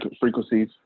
frequencies